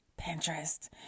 Pinterest